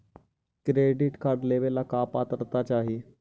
Credit card लेवेला का पात्रता चाही?